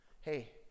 Hey